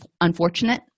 unfortunate